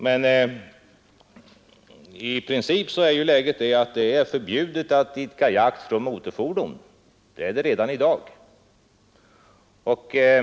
Men i princip är det redan i dag förbjudet att idka jakt från motorfordon.